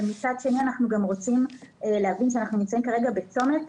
אבל מצד שני אנחנו גם רוצים להבין שאנחנו נמצאים כרגע בצומת,